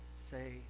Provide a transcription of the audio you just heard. say